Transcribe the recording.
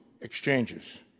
exchanges